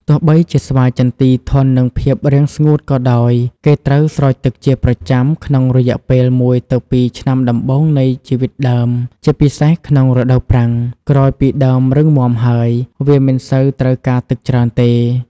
ទោះបីជាស្វាយចន្ទីធន់នឹងភាពរាំងស្ងួតក៏ដោយ គេត្រូវ ស្រោចទឹកជាប្រចាំ ក្នុងរយៈពេល ១ ទៅ២ ឆ្នាំដំបូងនៃជីវិតដើម ជាពិសេសក្នុងរដូវប្រាំង ក្រោយពីដើមរឹងមាំហើយ វាមិនសូវត្រូវការទឹកច្រើនទេ។